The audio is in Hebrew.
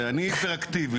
ואני היפר אקטיבי,